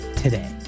Today